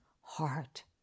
heart